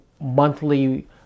monthly